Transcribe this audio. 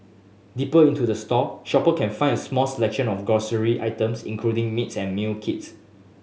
deeper into the store shopper can find a small selection of grocery items including meats and meal kits